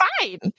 fine